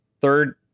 third